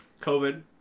COVID